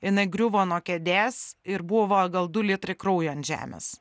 jinai griuvo nuo kėdės ir buvo gal du litrai kraujo ant žemės